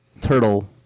turtle